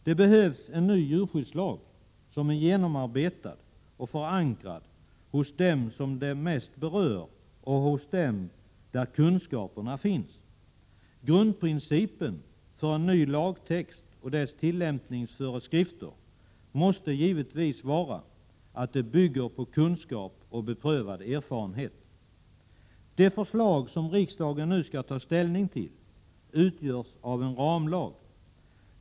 Det behövs en ny djurskyddslag som är genomarbetad och förankrad hos dem som den mest berör och hos dem där kunskaperna finns. Grundprinci pen för en ny lagtext och dess tillämpningsföreskrifter måste givetvis vara att de bygger på kunskap och beprövad erfarenhet. Det förslag som riksdagen nu skall ta ställning till utgörs av en ramlag.